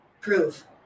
prove